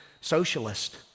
socialist